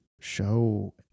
show